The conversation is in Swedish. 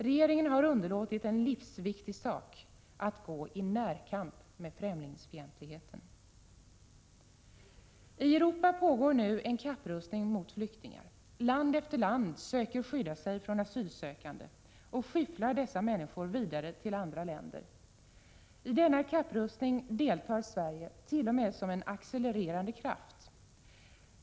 Regeringen har underlåtit en livsviktig sak: att gå i närkamp mot främlingsfientligheten. I Europa pågår nu en kapprustning mot flyktingar. Land efter land söker skydda sig från asylsökande och skyfflar dessa människor vidare till andra länder. I denna kapprustning deltar Sverige, t.o.m. som en accelererande kraft.